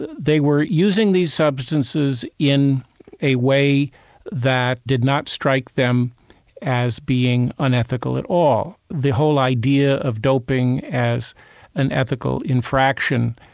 they were using these substances in a way that did not strike them as being unethical at all. the whole idea of doping as an ethical infraction,